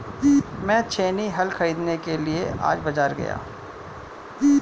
मैं छेनी हल खरीदने के लिए आज बाजार गया